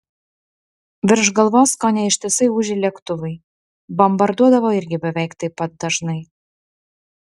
virš galvos kone ištisai ūžė lėktuvai bombarduodavo irgi beveik taip pat dažnai